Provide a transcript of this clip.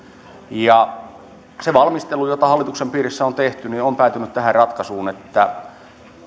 se valmistelu jota hallituksen piirissä on tehty on päätynyt tähän ratkaisuun että